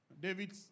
David